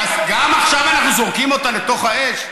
אז גם עכשיו אנחנו זורקים אותה לתוך האש.